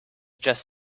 just